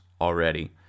already